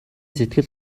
сэтгэл